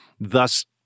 thus